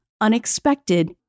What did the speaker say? unexpected